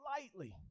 lightly